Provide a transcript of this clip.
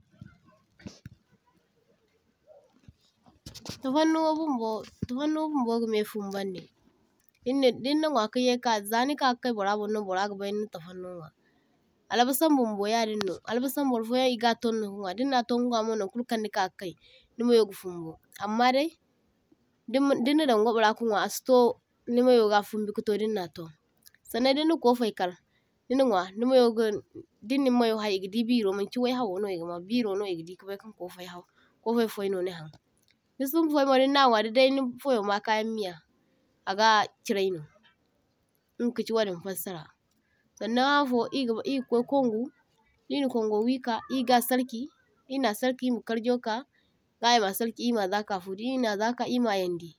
toh-toh Tafannuwa bunbo tafannuwa bunbo gamai fumbaŋdi, dinna dinna nwa ka yaika za’nika ka kay burra boŋno burra ga bay nina tafannuwa nwa, albasan bumbo yadinno. Albasan baifoyaŋ e ga turnno ka nwa, dinna turnka nwa mo naŋ kulu kaŋ nika ka kay nimayo ga fumbo ammadai din dinnadaŋ gwabira ka nwa asi’to ni mayoga fumbi kato dinna turn. Sannaŋ dinna ko’faikar nina nwa nimayo ga dinnin ma’yo hai e gadi biro maŋchi wai hawono e gama, birono e gadi ka baikaŋ ko’faihaw ko’faifai no nihan. Disumbu fay’no dinna nwa dadai nifayo ma kayaŋ miya aga chiraino inga kachi wadin fassara, sannaŋ haŋfo e ga e ga kwai kwaŋgu, dina kwaŋgo wi ka e ga sarki dina sarki, e ma karjoka ga e ma sarki e ma za ka’fu dina za ka’fu ga e ma yaŋdi